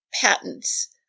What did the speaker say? Patents